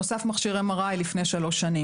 נוסף מכשיר MRI לפני שלוש שנים.